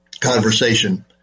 conversation